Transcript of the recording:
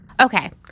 Okay